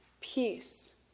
Peace